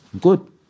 good